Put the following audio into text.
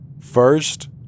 First